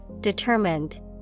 Determined